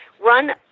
run